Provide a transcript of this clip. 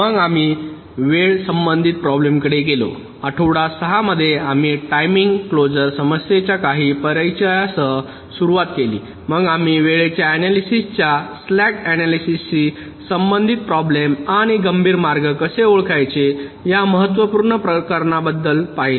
मग आम्ही वेळ संबंधित प्रॉब्लेमकडे गेलो आठवडा 6 मध्ये आम्ही टाइमिंग क्लोजर समस्येच्या काही परिचयासह सुरुवात केली मग आम्ही वेळेच्या ऍनालिसिसच्या स्लॅक ऍनालिसिस शी संबंधित प्रॉब्लेम आणि गंभीर मार्ग कसे ओळखायचे या महत्त्वपूर्ण प्रकरणाबदल पाहिले